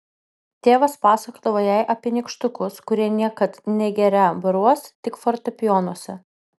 tėvas pasakodavo jai apie nykštukus kurie niekad negerią baruose tik fortepijonuose